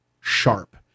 sharp